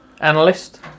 analyst